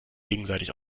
gegenseitig